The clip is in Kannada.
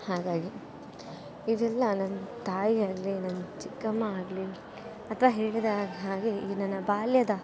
ಹಾಗಾಗಿ ಇದೆಲ್ಲ ನನ್ನ ತಾಯಿಯಾಗಲಿ ನನ್ನ ಚಿಕ್ಕಮ್ಮ ಆಗಲಿ ಅಥವಾ ಹೇಳಿದಾಗೆ ಹಾಗೆ ಈ ನನ್ನ ಬಾಲ್ಯದ